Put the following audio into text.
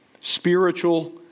spiritual